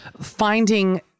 finding